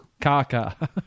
Kaka